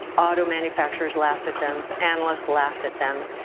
auto manufacturers laughed at them. analysts laughed at them.